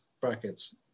brackets